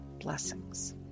blessings